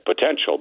potential